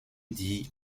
dit